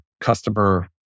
customer